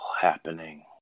happening